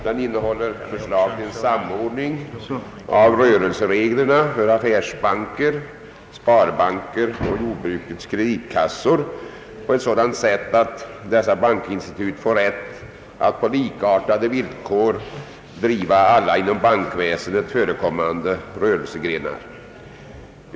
Det gäller här förslag till en samordning av rörelsereglerna för affärsbanker, sparbanker och jordbrukets kreditkassor på sådant sätt att dessa bankinstitut får rätt att på likartade villkor driva alla inom bankväsendet förekommande rörelsegrenar.